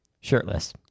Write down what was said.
Shirtless